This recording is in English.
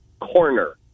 corner